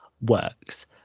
works